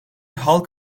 halk